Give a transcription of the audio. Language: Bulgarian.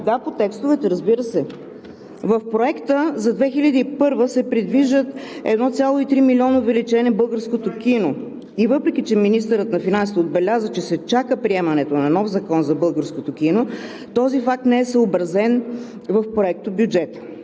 Да, по текстовете, разбира се. В Проекта за 2021 г. се предвиждат 1,3 милиона увеличение за българското кино. Въпреки че министърът на финансите отбеляза, че се чака приемането на нов закон за българското кино, този факт не е съобразен в Проектобюджета